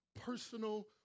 personal